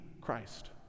Christ